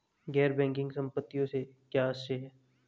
गैर बैंकिंग संपत्तियों से क्या आशय है?